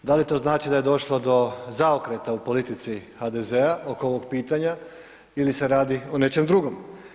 Da li to znači da je došlo do zaokreta u politici HDZ-a oko ovog pitanja ili se radi o nečem drugom?